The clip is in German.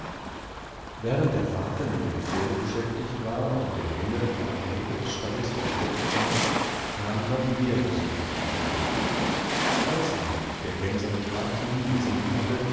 während der vater mit dem pferde beschäftigt war und der junge in einer ecke des stalles versteckt saß kam noch mehr besuch auf den hof als nämlichdergänserichmartingesehenhatte daßersichsoindernäheseiner